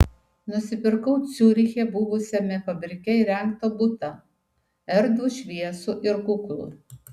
nusipirkau ciuriche buvusiame fabrike įrengtą butą erdvų šviesų ir kuklų